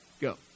Go